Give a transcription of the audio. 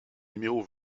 numéro